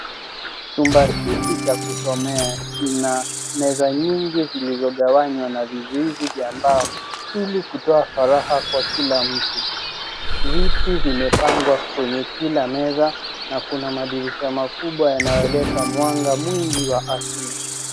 Chumba hiki cha kusomea kina meza nyingi zilizogawanywa na vizuizi vya mbao ili kutoa faragha kwa kila mtu. Viti vimepangwa kwenye kila meza na kuna madirisha makubwa yanayoleta mwanga mwingi wa asili.